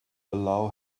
allow